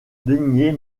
daignez